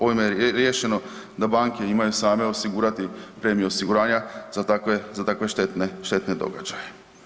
Ovime je riješeno da banke imaju same osigurati premije osiguranja za takve štetne događaje.